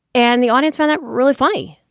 and the audience found that really funny.